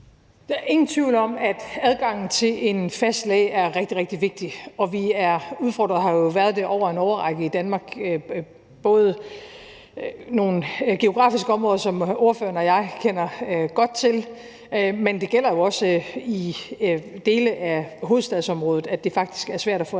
Der er ingen tvivl om, at adgangen til en fast læge er rigtig, rigtig vigtigt, og vi er udfordret og har jo været det i en årrække i Danmark. Både i nogle geografiske områder, som ordføreren og jeg kender godt til, men jo også i dele af hovedstadsområdet er det faktisk svært at få adgang